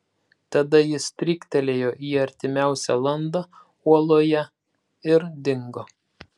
tada jis stryktelėjo į artimiausią landą uoloje ir dingo